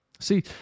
See